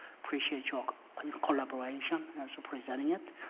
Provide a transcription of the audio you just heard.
appreciate your and collaboration so presenting it.